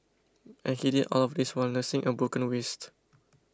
and he did all of this while nursing a broken wrist